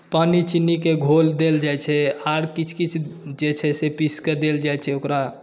पानी चीनीकेँ घोल देल जाइत छै आओर किछु किछु जे छै से पीसि कऽ देल जाइत छै ओकरा